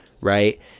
right